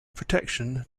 protection